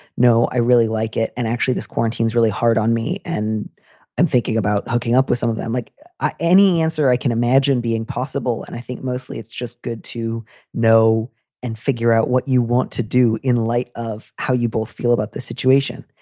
no, i really like it. and actually, this quarantine's really hard on me and i'm thinking about hooking up with some of them. like any answer, i can imagine being possible. and i think mostly it's just good to know and figure out what you want to do in light of how you both feel about the situation.